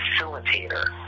facilitator